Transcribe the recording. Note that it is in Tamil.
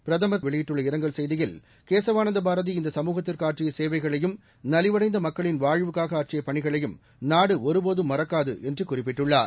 பிரதமர்வெளியிட்டஇரங்கல்செய்தியில் கேசவானந்தபாரதிஇந்தசமூகத்திற்குஆற்றியசேவைகளையும் நலிவடைந்தமக்களின்வாழ்வுக்காகஆற்றியபணிகளையும் நாடுஒருபோதும்மறக்காது என்றுகுறிப்பிட்டுள்ளார்